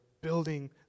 building